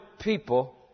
people